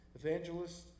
evangelists